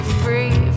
free